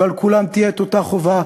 ועל כולם תהיה אותה חובה,